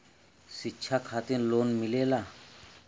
शिक्षा खातिन लोन मिलेला?